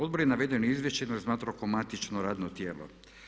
Odbor je navedeno izvješće razmatrao kao matično radno tijelo.